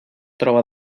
troba